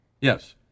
yes